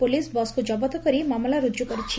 police ବସ୍କୁ ଜବତ କରି ମାମଲା ରୁଜୁ କରିଛି